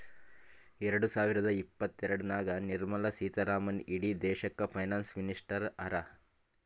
ಎರಡ ಸಾವಿರದ ಇಪ್ಪತ್ತಎರಡನಾಗ್ ನಿರ್ಮಲಾ ಸೀತಾರಾಮನ್ ಇಡೀ ದೇಶಕ್ಕ ಫೈನಾನ್ಸ್ ಮಿನಿಸ್ಟರ್ ಹರಾ